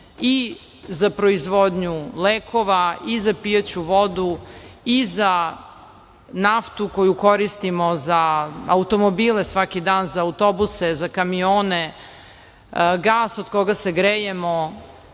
i za proizvodnju lekova i za pijaću vodu i za naftu koju koristimo za automobile svaki dan, za autobuse, za kamione, gas od koga se grejemo,